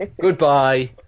Goodbye